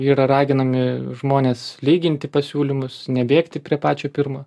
yra raginami žmonės lyginti pasiūlymus nebėgti prie pačio pirmo